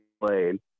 played